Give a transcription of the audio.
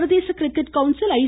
சர்வதேச cricket council ஐ